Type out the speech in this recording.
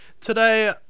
today